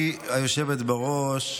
השר,